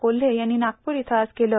कोल्हे यांनी नागपूर इथं आज केलं